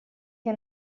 che